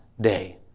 day